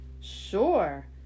Sure